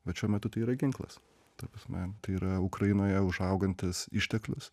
bet šiuo metu tai yra ginklas ta prasme tai yra ukrainoje užaugantis išteklius